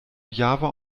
java